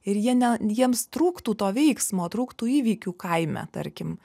ir jie ne jiems trūktų to veiksmo trūktų įvykių kaime tarkim